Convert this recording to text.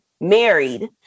married